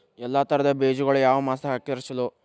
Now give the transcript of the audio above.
ಎಲ್ಲಾ ತರದ ಬೇಜಗೊಳು ಯಾವ ಮಾಸದಾಗ್ ಹಾಕಿದ್ರ ಛಲೋ?